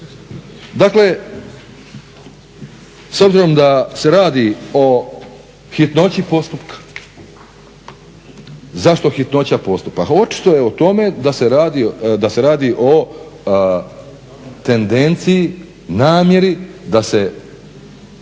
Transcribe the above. Dakle, s obzirom da se radi o hitnoći postupka. Zašto hitnoća postupka? Pa očito je o tome da se radi o tendenciji, namjeri da se